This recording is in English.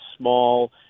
small